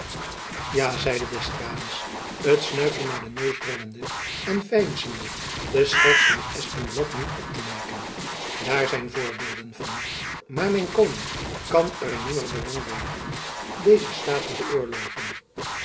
ja zeide d'estrades het snuifjen naar den neus brengende en veinzende de scherts van van espenblad niet op te merken daar zijn voorbeelden van maar mijn koning kan er nimmer belang by hebben dezen staat te beöorlogen